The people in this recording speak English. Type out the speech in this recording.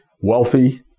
wealthy